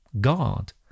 God